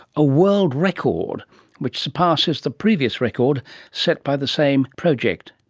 a world record which surpasses the previous record set by the same project,